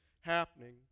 happening